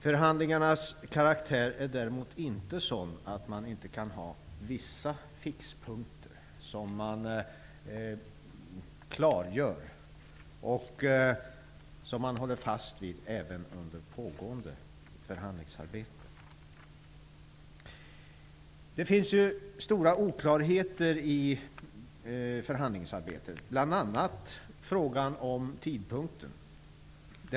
Förhandlingarnas karaktär är däremot inte sådan att man inte kan ha vissa fixpunkter som klargörs och som man håller fast vid även under pågående förhandlingsarbete. Det finns stora oklarheter i förhandlingsarbetet, bl.a. frågan om tidpunkten.